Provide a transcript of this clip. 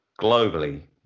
globally